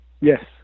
Yes